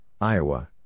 Iowa